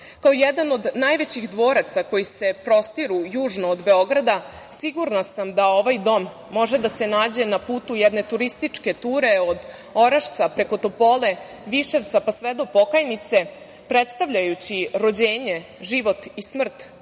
jedan od najvećih dvoraca koji se prostiru južno od Beograda, sigurna sam da ovaj dom može da se nađe na putu jedne turističke ture od Orašca, preko Topole, Viševca, pa sve do Pokajnice, predstavljajući rođenje, život i smrt